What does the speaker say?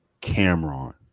Cameron